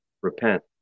Repent